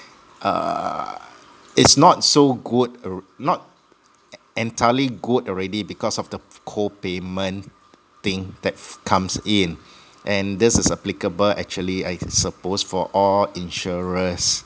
uh its not so good al~ not entirely good already because of the co payment thing that f~ comes in and this is applicable actually I suppose for all insurers